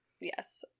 Yes